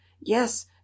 Yes